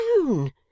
alone